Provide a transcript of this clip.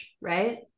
right